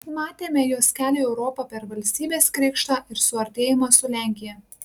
matėme jos kelią į europą per valstybės krikštą ir suartėjimą su lenkija